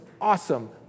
awesome